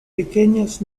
pequeños